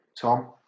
Tom